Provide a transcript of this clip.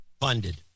funded